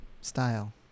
style